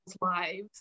lives